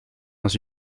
dans